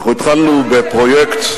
אנחנו התחלנו בפרויקט,